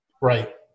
Right